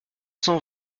cent